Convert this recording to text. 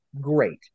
great